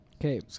Okay